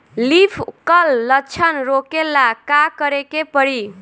Leaf curl लक्षण रोकेला का करे के परी?